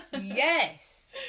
Yes